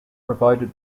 provided